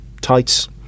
tights